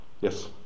Yes